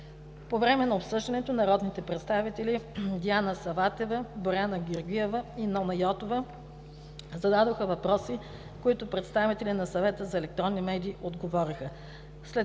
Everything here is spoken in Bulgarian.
По време на обсъждането народните представители Диана Саватева, Боряна Георгиева и Нона Йотова зададоха въпроси, на които представители на Съвета за електронни медии отговориха.